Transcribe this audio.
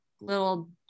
little